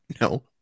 no